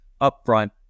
upfront